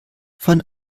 von